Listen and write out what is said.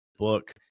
Book